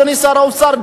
אדוני שר האוצר,